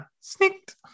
Sneaked